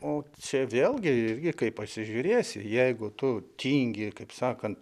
o čia vėlgi irgi kaip pasižiūrėsi jeigu tu tingi kaip sakant